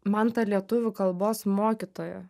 man ta lietuvių kalbos mokytoja